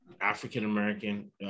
African-American